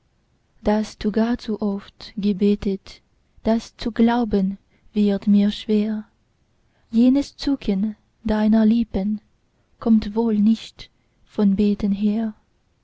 daß du gar zu oft gebetet das zu glauben wird mir schwer jenes zucken deiner lippen kommt wohl nicht vom beten her